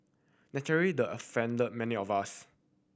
naturally the offended many of us